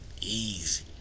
Easy